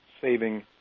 saving